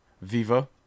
Viva